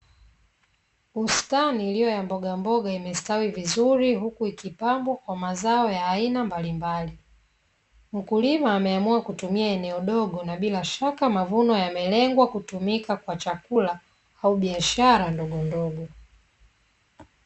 Bustani iliyo ya mbogamboga imestawi vizuri huku ikipambwa kwa mazao ya aina mbaimbali. Mkulima ameamua kutumia eneo dogo na bila shaka mavuno yamelengwa kutumika kwa chakula au biashara ndogondogo.